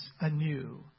anew